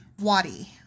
Wadi